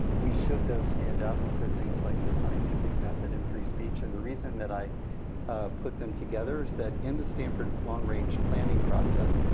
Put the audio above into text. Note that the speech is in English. we should have stand up for things like the scientific method, and free speech. and the reason that i put them together is that, in the stanford long range planning process,